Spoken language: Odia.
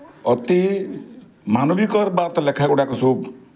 ଅତି ମାନବିକର ବାତ ଲେଖାଗୁଡ଼ାକ ସବୁ